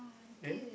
then